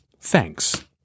Thanks